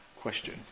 question